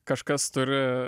kažkas turi